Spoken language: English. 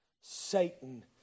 Satan